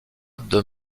deux